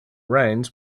rains